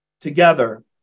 together